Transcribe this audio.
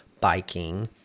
biking